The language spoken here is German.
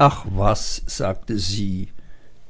ach was sagte sie